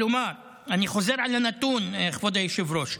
כלומר, אני חוזר על הנתון, כבוד היושב-ראש: